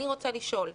אני רוצה לשאול,